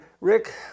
Rick